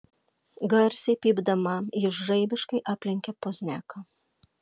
garsiai pypdama ji žaibiškai aplenkė pozniaką